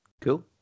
Cool